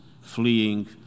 fleeing